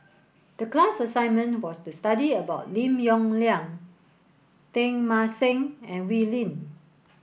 the class assignment was to study about Lim Yong Liang Teng Mah Seng and Wee Lin